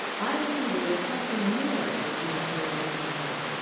i wonder if something more does not belong to her.